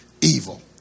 evil